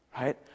right